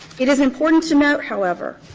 it is important to note, however,